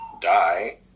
die